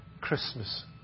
Christmas